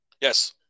Yes